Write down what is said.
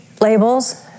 labels